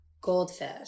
goldfish